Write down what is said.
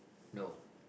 no